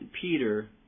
Peter